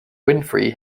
winfrey